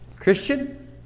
Christian